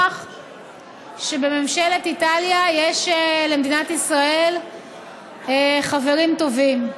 שבממשלת איטליה יש לישראל חברים טובים.